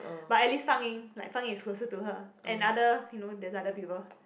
but at least fang ying like fang ying is closer to her and other you know there's other people